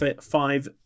five